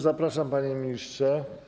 Zapraszam, panie ministrze.